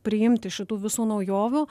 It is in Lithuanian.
priimti šitų visų naujovių